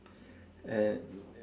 and